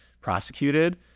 prosecuted